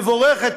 המבורכת,